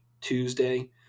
tuesday